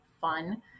fun